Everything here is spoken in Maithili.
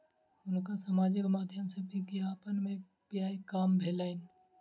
हुनका सामाजिक माध्यम सॅ विज्ञापन में व्यय काम भेलैन